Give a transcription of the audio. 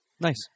Nice